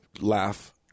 laugh